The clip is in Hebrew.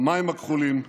המים הכחולים,